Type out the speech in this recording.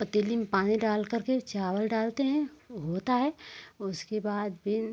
पतीली में पानी डाल करके और चावल डालते हैं वो होता है उसके बाद फिर